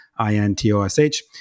I-N-T-O-S-H